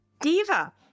Diva